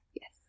Yes